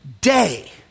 day